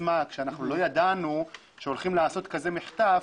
ואנחנו לא ידענו שהולכים לעשות כזה מחטף,